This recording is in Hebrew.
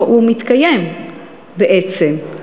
והוא מתקיים בעצם,